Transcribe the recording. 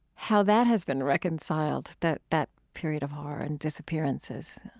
how that has been reconciled, that that period of horror and disappearances?